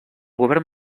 govern